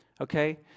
okay